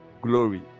glory